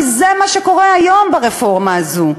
כי זה מה שקורה היום ברפורמה הזו.